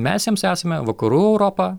mes jiems esame vakarų europa